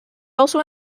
also